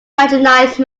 patronize